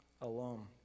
alone